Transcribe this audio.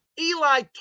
Eli